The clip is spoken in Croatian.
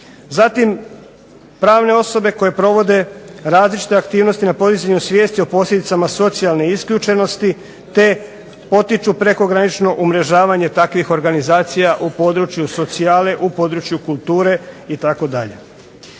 zatim pravne osobe koje provode razne aktivnosti na podizanju svijesti o posljedicama socijalne isključenosti te potiču prekogranično umrežavanje takvih organizacija u području socijale, u području kulture itd.